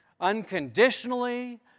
Unconditionally